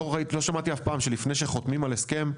לא שמעתי אף פעם, שלפני שחותים על הסכם,